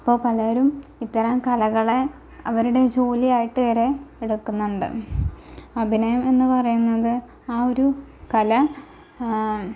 ഇപ്പോൾ പലരും ഇത്തരം കലകളെ അവരുടെ ജോലിയായിട്ട് വരെ എടുക്കുന്നുണ്ട് അഭിനയം എന്നുപറയുന്നത് ആ ഒരു കല